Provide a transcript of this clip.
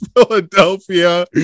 Philadelphia